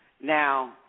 Now